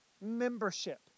membership